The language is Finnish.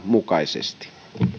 mukaisesti